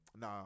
nah